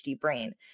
brain